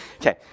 Okay